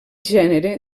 gènere